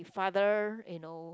father you know